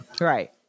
Right